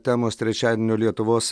temos trečiadienio lietuvos